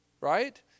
right